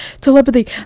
telepathy